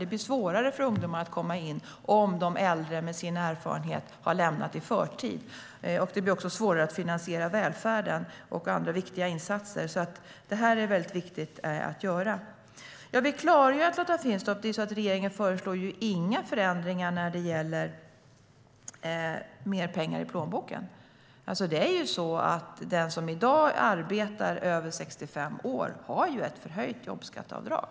Det blir svårare för ungdomar att komma in om de äldre med sin erfarenhet har lämnat i förtid. Det blir också svårare att finansiera välfärden och andra viktiga insatser. Detta är därför mycket viktigt att göra. Jag vill klargöra en sak för Lotta Finstorp. Regeringen föreslår inga förändringar när det gäller mer pengar i plånboken. De som i dag arbetar när de är över 65 år har ett förhöjt jobbskatteavdrag.